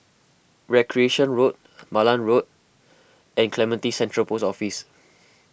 Recreation Road Malan Road and Clementi Central Post Office